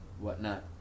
whatnot